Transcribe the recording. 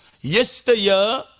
Yesterday